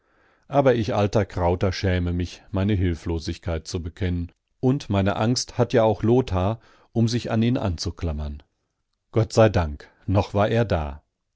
aber ich alter krauter schäme mich meine hilflosigkeit zu bekennen und meine angst hat ja auch lothar um sich an ihn anzuklammern gott sei dank noch war er da